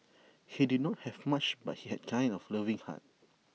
he did not have much but he had A kind of loving heart